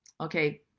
Okay